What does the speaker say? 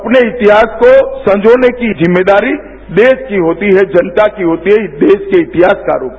अपने इतिहास को संजोने की जिम्मेदारी देश की होती है जनता की होती है इस देश के इतिहासकारों की